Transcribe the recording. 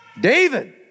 David